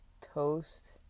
toast